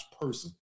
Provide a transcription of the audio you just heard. person